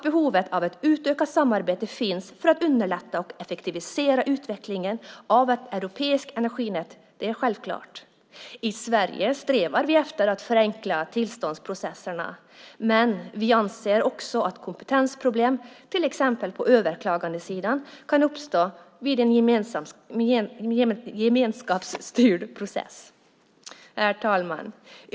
Behovet av ett utökat samarbete för att underlätta och effektivisera utvecklingen av ett europeiskt energinät är självklart. I Sverige strävar vi efter att förenkla tillståndsprocesserna. Men vi anser också att kompetensproblem till exempel på överklagandesidan kan uppstå vid en gemenskapsstyrd process. Herr talman!